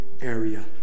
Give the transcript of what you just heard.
area